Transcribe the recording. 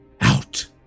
out